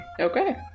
Okay